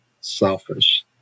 selfish